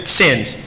sins